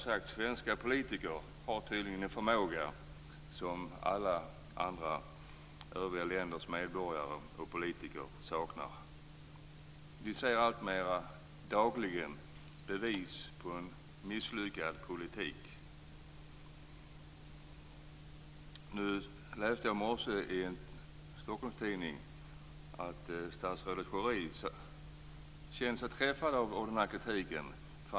Svenska politiker har tydligen en förmåga som alla övriga länders medborgare och politiker saknar. Vi ser dagligen bevis på en misslyckad politik. I morse läste jag i en Stockholmstidning att statsrådet Schori känner sig träffad av den här kritiken.